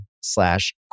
slash